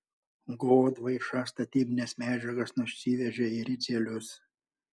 godvaiša statybines medžiagas nusivežė į ricielius